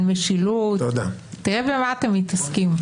על משילות, תראה במה אתם מתעסקים.